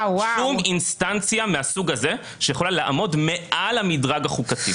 שמי שיאשר האם היא מספיקה הם יועצים משפטיים.